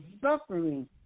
suffering